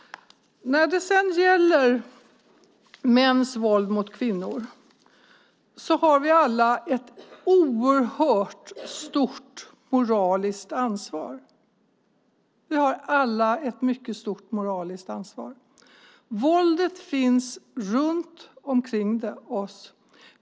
När det sedan gäller mäns våld mot kvinnor har vi alla ett oerhört stort moraliskt ansvar. Våldet finns runt omkring oss.